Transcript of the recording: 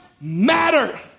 matter